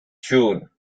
june